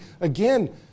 again